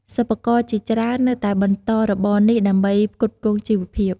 សិប្បករជាច្រើននៅតែបន្តរបរនេះដើម្បីផ្គត់ផ្គង់ជីវភាព។